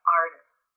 artists